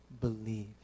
believe